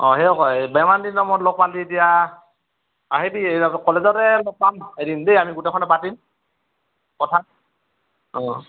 অঁ সেই কয় এই ইমান দিনৰ মূৰত লগ পালি এতিয়া আহিবি কলেজতে লগ পাম এদিন দেই আমি গোটেইখনে পাতিম কথা অঁ